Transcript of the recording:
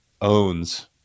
owns